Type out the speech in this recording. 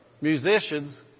musicians